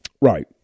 Right